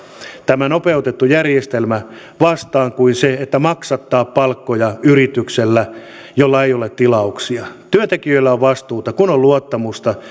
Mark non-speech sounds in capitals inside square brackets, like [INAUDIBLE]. tämä nopeutettu järjestelmä vastaan kuin maksattaa palkkoja yrityksellä jolla ei ole tilauksia työntekijöillä on vastuuta kun on luottamusta [UNINTELLIGIBLE]